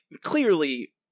clearly